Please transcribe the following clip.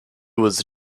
was